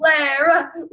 Lara